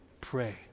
Pray